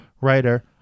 writer